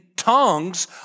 tongues